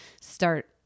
start